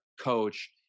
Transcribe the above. coach